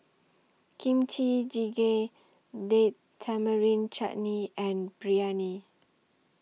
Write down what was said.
Kimchi Jjigae Date Tamarind Chutney and Biryani